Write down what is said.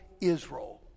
Israel